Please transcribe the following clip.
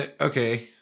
okay